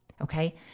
Okay